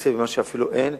לתקצב במה שאפילו אין,